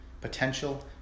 potential